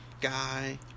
guy